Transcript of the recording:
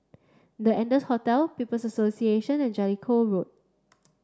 the Ardennes Hotel People's Association and Jellicoe Road